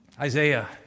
Isaiah